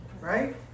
Right